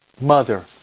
mother